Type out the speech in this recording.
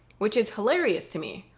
which is hilarious to me,